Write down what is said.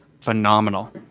phenomenal